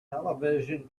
television